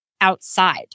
outside